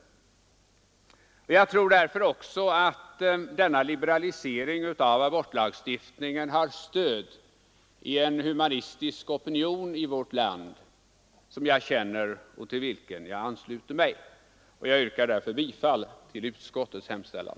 Jag tror därför också att denna liberalisering av abortlagstiftningen har stöd i en humanistisk opinion i vårt land. Jag yrkar bifall till utskottets hemställan.